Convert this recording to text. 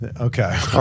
Okay